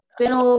pero